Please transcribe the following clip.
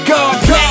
God